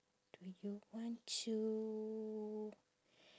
do you want to